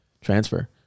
transfer